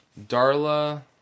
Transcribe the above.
Darla